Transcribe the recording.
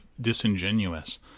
disingenuous